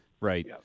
Right